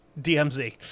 dmz